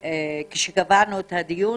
כשקבענו את הדיון,